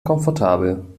komfortabel